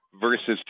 versus